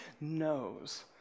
knows